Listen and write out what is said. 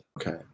Okay